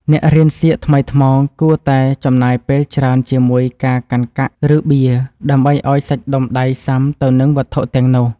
អ្នករៀនសៀកថ្មីថ្មោងគួរតែចំណាយពេលច្រើនជាមួយការកាន់កាក់ ឬ បៀ ដើម្បីឱ្យសាច់ដុំដៃស៊ាំទៅនឹងវត្ថុទាំងនោះ។